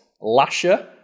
Lasher